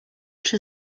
czy